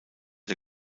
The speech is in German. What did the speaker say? der